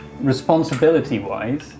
responsibility-wise